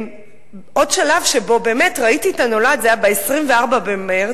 עוד שלב שבו באמת ראיתי את הנולד היה ב-24 במרס,